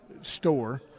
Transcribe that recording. store